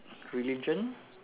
religion